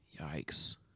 Yikes